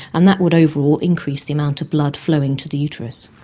and that would overall increase the amount of blood flowing to the uterus.